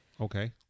okay